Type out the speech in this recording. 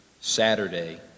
Saturday